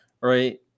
Right